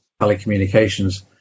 telecommunications